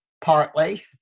partly